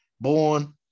born